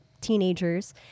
teenagers